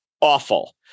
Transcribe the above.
awful